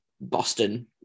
Boston